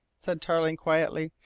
said tarling quietly.